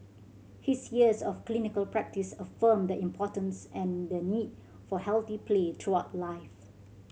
his years of clinical practice affirmed the importance and the need for healthy play throughout life